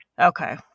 Okay